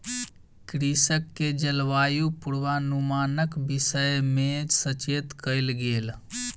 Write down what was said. कृषक के जलवायु पूर्वानुमानक विषय में सचेत कयल गेल